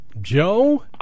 Joe